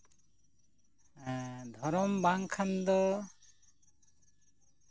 ᱫᱷᱚᱨᱚᱢ ᱵᱟᱝᱠᱷᱟᱱ ᱫᱚ